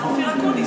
השר אופיר אקוניס.